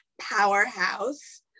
powerhouse